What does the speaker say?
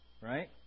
Right